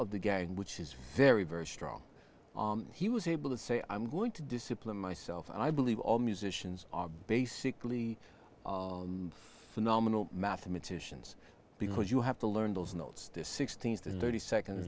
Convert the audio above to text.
of the gang which is very very strong he was able to say i'm going to discipline myself and i believe all musicians are basically phenomenal mathematicians because you have to learn those notes to sixteen's there's thirty seconds